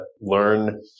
learn